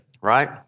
right